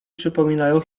przypominają